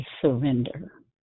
surrender